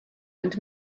and